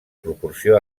proporció